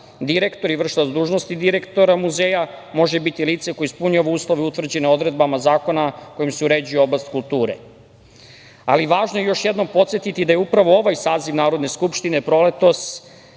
direktor i vršilac dužnosti direktora muzeja može biti lice koje ispunjava uslove utvrđene odredbama zakona kojim se uređuje oblast kulture. Važno je još jednom podsetiti da je upravo ovaj saziv Narodne skupštine proletos